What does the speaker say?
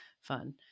fun